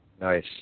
Nice